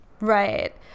Right